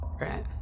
right